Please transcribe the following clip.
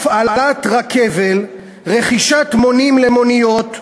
הפעלת רכבל, רכישת מונים למוניות,